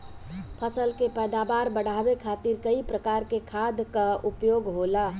फसल के पैदावार बढ़ावे खातिर कई प्रकार के खाद कअ उपयोग होला